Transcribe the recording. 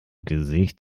gesicht